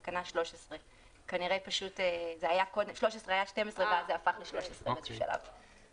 מדובר על תקנה 13. פשוט 13 היה קודם 12. לפני